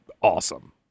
awesome